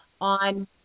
on